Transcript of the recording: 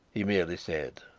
he merely said.